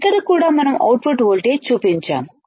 ఇక్కడ కూడా మనం అవుట్పుట్ వోల్టేజ్ చూపించాము